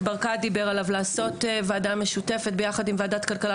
ברקת לעשות ועדה משותפת יחד עם ועדת הכלכלה,